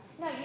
No